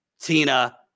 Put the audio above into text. Tina